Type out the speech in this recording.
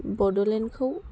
बड'लेण्डखौ